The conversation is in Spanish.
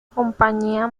compañía